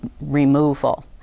removal